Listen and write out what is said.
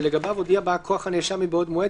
בשל החשש להתפשטות נגיף הקורונה בבתי הכלא ומחוצה להם,